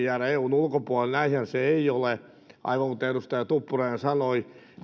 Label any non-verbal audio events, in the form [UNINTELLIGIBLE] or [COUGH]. [UNINTELLIGIBLE] jäädä eun ulkopuolelle näinhän se ei ole aivan kuten edustaja tuppurainen sanoi